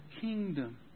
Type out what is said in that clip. kingdom